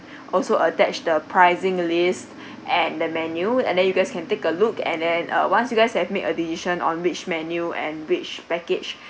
also attach the pricing list and the menu and then you guys can take a look and then uh once you guys have made a decision on which menu and which package